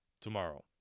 tomorrow